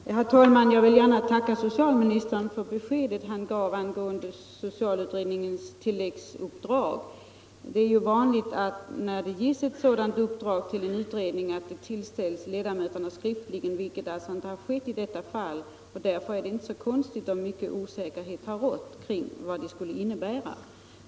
Herr talman! Jag vill gärna tacka socialministern för det besked han gav angående socialutredningens tilläggsuppdrag. Det är ju vanligt att ett sådant uppdrag till en utredning tillställs ledamöterna skriftligen, vilket alltså inte skett i detta fall. Därför är det inte så konstigt om osäkerhet har rått om vad uppdraget skulle innebära.